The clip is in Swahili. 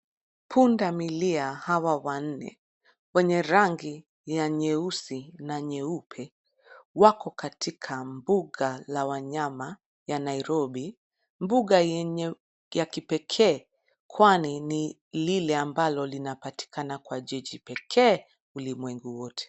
Pundamilia hawa wanne wenye rangi ya nyeusi na nyeupe wako katika mbuga la wanyama ya Nairobi. Mbuga ya kipekee kwani ni lile ambalo linapatikana kwa jiji pekee ulimwengu wote.